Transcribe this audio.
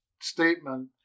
statement